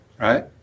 right